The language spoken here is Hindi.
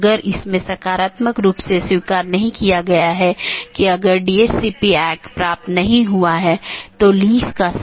जैसा कि हमने पाथ वेक्टर प्रोटोकॉल में चर्चा की है कि चार पथ विशेषता श्रेणियां हैं